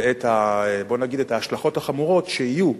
ואת ההשלכות החמורות שיהיו